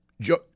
Joe